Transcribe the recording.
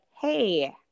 hey